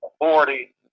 authority